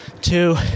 two